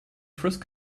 frisk